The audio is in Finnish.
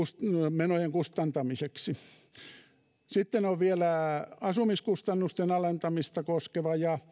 menojen kustantamiseksi sitten on vielä asumiskustannusten alentamista koskeva kohta ja